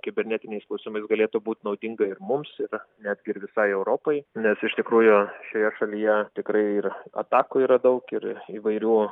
kibernetiniais klausimais galėtų būt naudinga ir mums ir netg ir visai europai nes iš tikrųjų šioje šalyje tikrai ir atakų yra daug ir įvairių